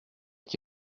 qui